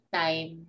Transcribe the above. time